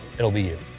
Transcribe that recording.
it'll be you.